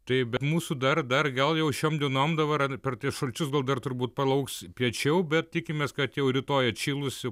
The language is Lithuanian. taip be mūsų dar dar gal jau šiom dienom dabar ar per šalčius gal dar turbūt palauks piečiau bet tikimės kad jau rytoj atšilus jau